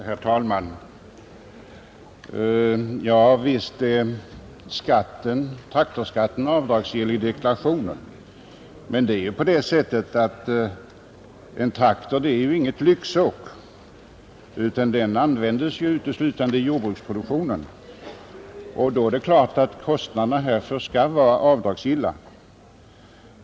Herr talman! Ja, visst är traktorskatten avdragsgill i deklarationen, men en traktor är ju inte något lyxåk. Den används uteslutande i jordbruksproduktionen. Det är klart att kostnaderna då skall vara avdragsgilla.